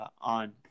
on